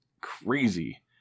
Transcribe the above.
crazy